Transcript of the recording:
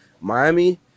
Miami